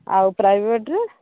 ଆଉ ପ୍ରାଇଭେଟ୍ରେ